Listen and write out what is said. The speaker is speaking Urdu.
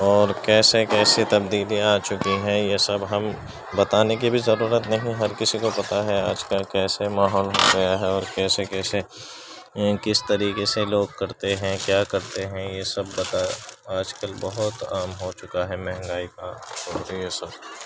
اور کیسے کیسے تبدیلیاں آ چکی ہیں یہ سب ہم بتانے کی بھی ضرورت نہیں ہر کسی کو پتہ ہے آج کا کیسا ماحول ہو گیا ہے اور کیسے کیسے کس طریقے سے لوگ کرتے ہیں کیا کرتے ہیں یہ سب بتا آج کل بہت عام ہو چکا ہے مہنگائی کا اور یہ سب